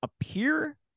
appear